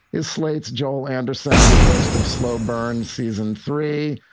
is slate's joel anderson, the host of slow burn season three.